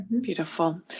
beautiful